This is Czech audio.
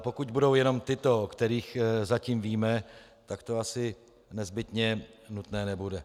Pokud ale budou jen tyto, o kterých zatím víme, tak to asi nezbytně nutné nebude.